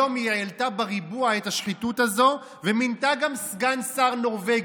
היום היא העלתה בריבוע את השחיתות הזאת ומינתה גם סגן שר נורבגי.